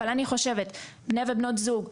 אני חושבת שבני ובנות זוג,